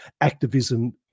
activism